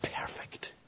perfect